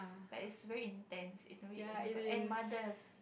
but is very intense in a way oh-my-god and mothers